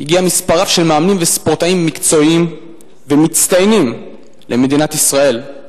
הגיע מספר רב של מאמנים וספורטאים מקצועיים ומצטיינים למדינת ישראל.